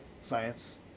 science